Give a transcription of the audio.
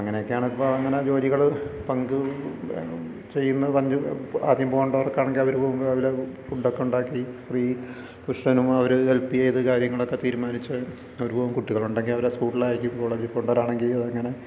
അങ്ങനെ ഒക്കെയാണ് ഇപ്പോൾ ജോലികൾ പങ്ക് ചെയുന്ന വ ആദ്യം പോകേണ്ടവർക്കാണെങ്കിൽ അവർ പോകുക അല്ലെ ഫുഡ് ഒക്കെ ഉണ്ടാക്കി സ്ത്രീ പുരുഷനും അവർ ഹെല്പ് ചെയ്തു കാര്യങ്ങൾ ഒക്കെ തീരുമാനിച്ച് അവർ പോകും കുട്ടികൾ ഉണ്ടെങ്കിൽ അവരെ സ്കൂളിൽ അയക്കും കോളേജിൽ പോകേണ്ടവരാണെങ്കിൽ ആണെങ്കിൽ അത് അങ്ങനെ